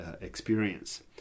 experience